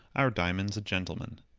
our diamond's a gentleman.